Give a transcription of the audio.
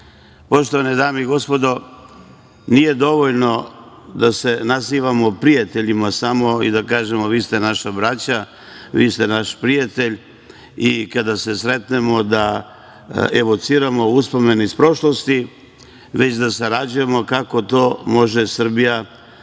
Putina. Poštovane dame i gospodo, nije dovoljno da se nazivamo prijateljima samo i da kažemo - vi ste naša braća, vi ste naš prijatelj i kada se sretnemo da evociramo uspomene iz prošlosti, već da sarađujemo i vidimo kako to može Srbija da